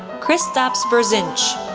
kristaps berzinch,